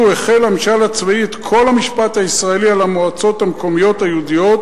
החיל הממשל הצבאי את כל המשפט הישראלי על המועצות המקומיות היהודיות,